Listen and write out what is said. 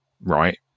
Right